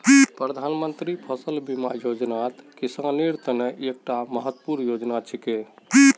प्रधानमंत्री फसल बीमा योजनात किसानेर त न एकता महत्वपूर्ण योजना छिके